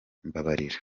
mbabarira